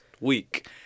week